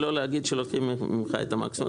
מאשר לא להגיד שלוקחים ממך את המקסימום.